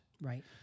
Right